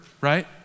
right